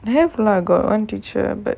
I have lah got one teacher but